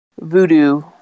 voodoo